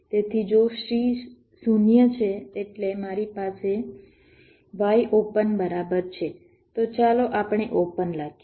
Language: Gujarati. તેથી જો C 0 છે એટલે મારી પાસે Y ઓપન બરાબર છે તો ચાલો આપણે ઓપન લખીએ